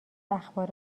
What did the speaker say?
اخبار